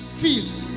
feast